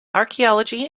archaeology